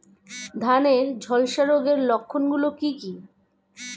ধানের ঝলসা রোগের লক্ষণগুলি কি কি?